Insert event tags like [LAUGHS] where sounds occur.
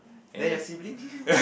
then your sibling [LAUGHS]